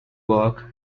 work